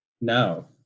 no